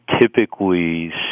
typically